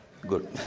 Good